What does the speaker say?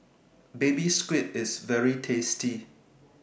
Baby Squid IS very tasty